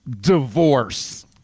divorce